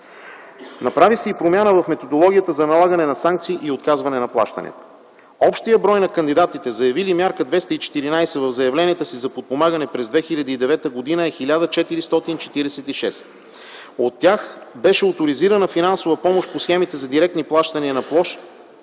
Направи се и промяна в методологията за налагане на санкции и отказване на плащания. Общият брой на кандидатите, заявили Мярка 214 в заявлението си за подпомагане през 2009 г., е 1446. От тях беше оторизирана финансова помощ по схемите за директни плащания на площ